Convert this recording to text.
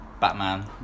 Batman